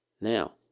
Now